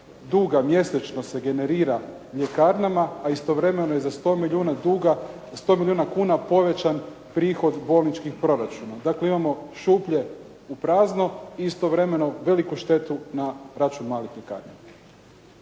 duga mjesečno se generira ljekarnama a istovremeno iza 100 milijuna kuna povećan prihod bolničkih proračuna. Dakle, imamo šuplje u prazno, istovremeno veliku štetu na račun malih ljekarnika.